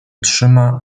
trzyma